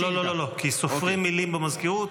לא לא לא, כי סופרים מילים במזכירות.